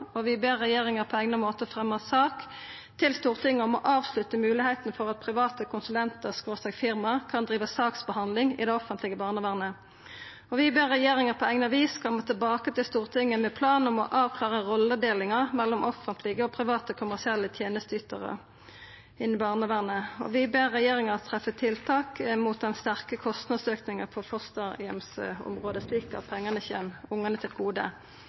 og felles brukerundersøkelser.» «Stortinget ber regjeringen på egnet måte fremme sak til Stortinget om å avslutte muligheten for at private konsulenter/firma kan drive saksbehandling i det offentlige barnevernet.» «Stortinget ber regjeringen på egnet vis komme tilbake til Stortinget med en plan for å avklare rolledeling mellom offentlige og private kommersielle tjenesteytere i barnevernet.» «Stortinget ber regjeringen treffe tiltak mot den sterke kostnadsøkningen på fosterhjemsområdet